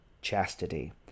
chastity